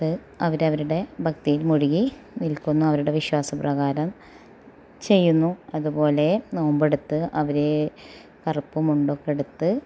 ത്ത് അവർ അവരുടെ ഭക്തിയിൽ മൊഴുകി നിൽക്കുന്നു അവരുടെ വിശ്വാസ പ്രകാരം ചെയ്യുന്നു അതുപോലെ നോമ്പെടുത്തു അവരെ കറുപ്പ് മുണ്ടൊക്കെ ഉടുത്ത്